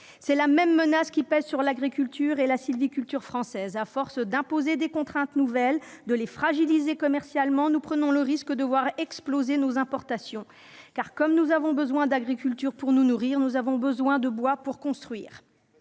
C'est la même menace qui pèse sur l'agriculture et la sylviculture françaises : à force d'imposer des contraintes nouvelles, de les fragiliser commercialement, nous prenons le risque de voir exploser nos importations ; comme nous avons besoin d'agriculture pour nous nourrir, nous avons besoin de bois pour construire